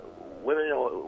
women